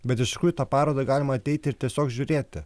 bet iš tikrųjų į tą parodą galima ateiti ir tiesiog žiūrėti